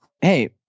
hey